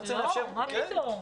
לא, מה פתאום?